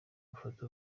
mufate